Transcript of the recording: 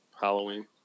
Halloween